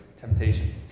temptation